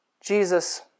Jesus